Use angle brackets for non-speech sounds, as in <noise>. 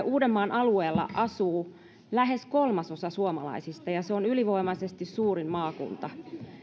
<unintelligible> uudenmaan alueella asuu lähes kolmasosa suomalaisista ja se on ylivoimaisesti suurin maakunta